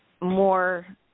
more